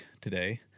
today